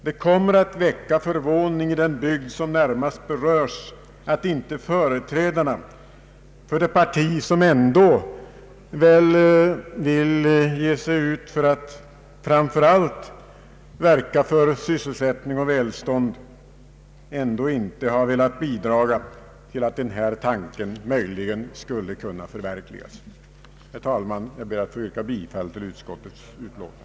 Det kommer att väcka förvåning i den bygd som närmast berörs att inte företrädare för det parti, som ändå vill ge sig ut för att framför allt verka för sysselsättning och välstånd, velat bidra till att denna tanke skulle kunna förverkligas. Herr talman! Jag ber att få yrka bifall till utskottets hemställan.